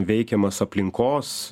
veikiamas aplinkos